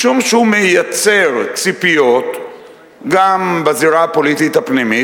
משום שהוא מייצר ציפיות גם בזירה הפוליטית הפנימית,